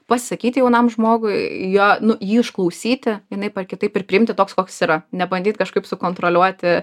pasisakyti jaunam žmogui jo nu jį išklausyti vienaip ar kitaip ir priimti toks koks jis yra nebandyt kažkaip sukontroliuoti